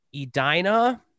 Edina